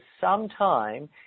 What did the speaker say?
sometime